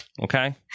Okay